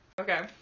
Okay